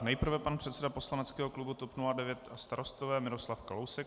Nejprve pan předseda poslaneckého klubu TOP 09 a Starostové Miroslav Kalousek.